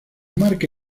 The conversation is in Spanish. marca